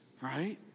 right